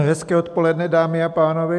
Hezké odpoledne, dámy a pánové.